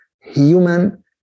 human